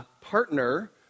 partner